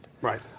Right